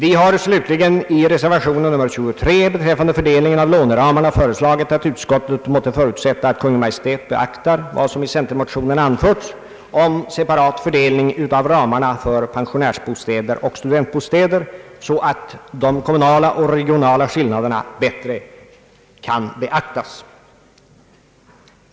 Vi har slutligen i reservation nr 23 beträffande fördelningen av låneramarna föreslagit att utskottet måtte förutsätta att Kungl. Maj:t beaktar vad som i centermotionen anförts om separat fördelning av ramarna för pensionärsoch studentbostäder, så att de kommunala och regionala skillnaderna bättre kan beaktas.